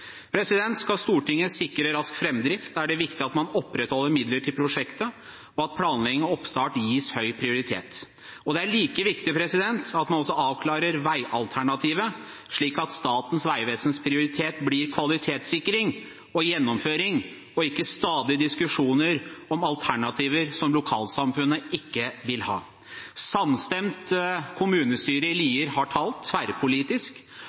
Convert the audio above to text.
boområder. Skal Stortinget sikre rask framdrift, er det viktig at man opprettholder midler til prosjektet, og at planlegging og oppstart gis høy prioritet. Det er like viktig at man også avklarer veialternativet, slik at Statens vegvesens prioritet blir kvalitetssikring og gjennomføring, ikke stadige diskusjoner om alternativer som lokalsamfunnet ikke vil ha. Et samstemt kommunestyre i Lier har talt, tverrpolitisk.